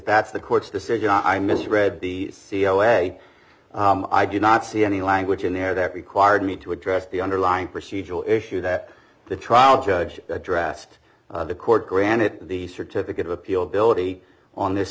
that's the court's decision i misread the c e o a i did not see any language in there that required me to address the underlying procedural issue that the trial judge addressed the court granted the certificate of appeal building on this